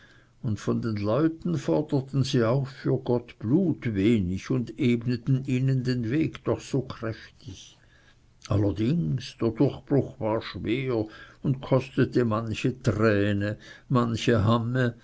und von den leuten forderten sie für gott gar nichts und ebneten ihnen den weg doch so kräftig allerdings der durchbruch war schwer und kostete manche träne manche hamme